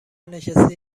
نشستی